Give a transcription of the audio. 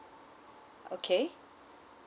okay